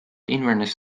inverness